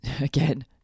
again